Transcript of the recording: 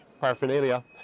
paraphernalia